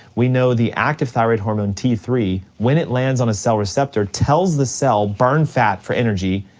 we know the active thyroid hormone, t three, when it lands on a cell receptor, tells the cell burn fat for energy,